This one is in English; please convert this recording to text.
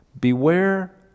Beware